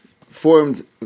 formed